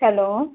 hello